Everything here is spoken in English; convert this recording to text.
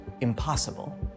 impossible